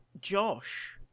Josh